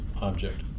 object